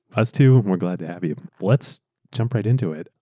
us too, we're glad to have you. let's jump right into it.